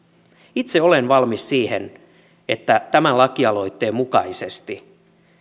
itse olen valmis siihen että tämän lakialoitteen mukaisesti